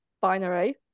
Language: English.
binary